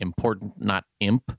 ImportantNotImp